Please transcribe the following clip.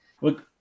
look